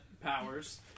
powers